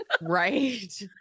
Right